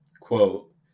quote